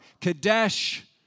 Kadesh